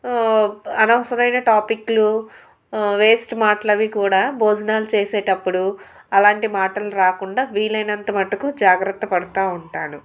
అనవసరమైన టాపిక్లు వేస్ట్ మాటలు అవి కూడా భోజనాలు చేసేటప్పుడు అలాంటి మాటలు రాకుండా వీలైనంతమటుకు జాగ్రత్త పడతూ ఉంటాను